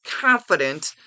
confident